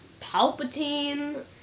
Palpatine